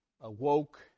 awoke